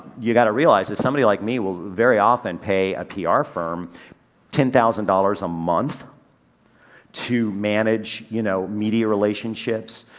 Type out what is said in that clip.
you gotta realize that somebody like me will very often pay a pr firm ten thousand dollars a month to manage, you know, media relationships,